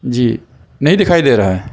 جی نہیں دکھائی دے رہا ہے